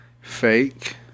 fake